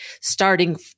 starting